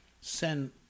send